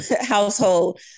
household